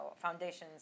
foundations